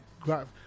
graph